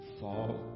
fall